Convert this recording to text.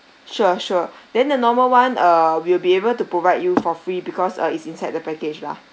sure sure then the normal [one] err we'll be able to provide you for free because uh it's inside the package lah